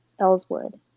Ellswood